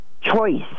choice